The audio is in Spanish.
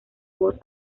voz